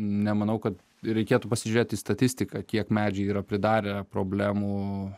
nemanau kad reikėtų pasižiūrėti į statistiką kiek medžiai yra pridarę problemų